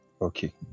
Okay